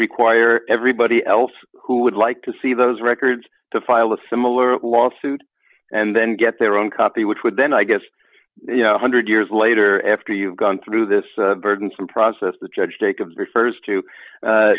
require everybody else who would like to see those records to file a similar lawsuit and then get their own copy which would then i guess you know one hundred years later after you've gone through this burdensome process the judge jacobs refers to